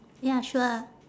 ya sure